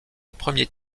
premier